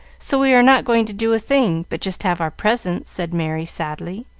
so we are not going to do a thing, but just have our presents, said merry, sadly,